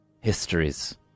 histories